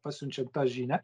pasiunčiant tą žinią